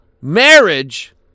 marriage